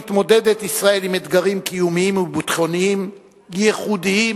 ישראל מתמודדת עם אתגרים קיומיים וביטחוניים ייחודיים,